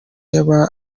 yaba